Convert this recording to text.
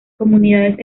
comunidades